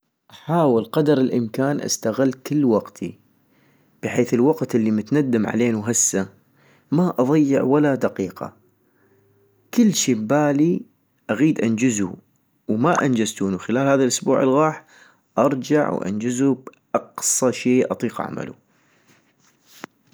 احاول قدر الامكان استغل كل وقتي - بحيث الوقت الي متندم علينو هسه ما اضيع ولا دقيقة، كلشي ابالي اغيد انجزو وما انجزتونو خلال هذا الاسبوع الغاح ارجع وانجزو باقصى شي اطيق اعملو